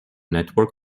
network